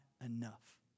enough